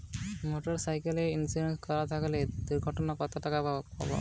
Motorcycle insurance করা থাকলে দুঃঘটনায় কতটাকা পাব?